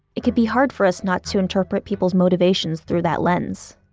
it can be hard for us not to interpret people's motivations through that lens.